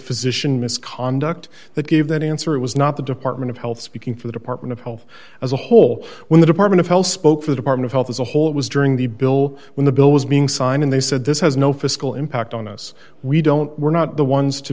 physician misconduct that gave that answer it was not the department of health speaking for the department of health as a whole when the department of health spoke for the department of health as a whole it was during the bill when the bill was being signed and they said this has no fiscal impact on us we don't we're not the ones to